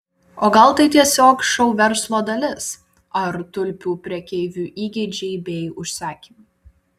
o gal tai tiesiog šou verslo dalis ar tulpių prekeivių įgeidžiai bei užsakymai